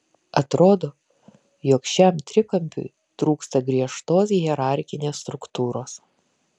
atrodo jog šiam trikampiui trūksta griežtos hierarchinės struktūros